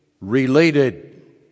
related